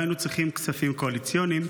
לא היינו צריכים כספים קואליציוניים,